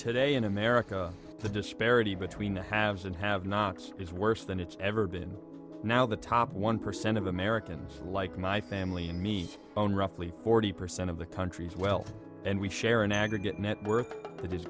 today in america the disparity between the haves and have nots is worse than it's ever been now the top one percent of americans like my family and me own roughly forty percent of the country's wealth and we share an aggregate net wor